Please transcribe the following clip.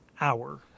hour